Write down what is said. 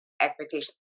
expectation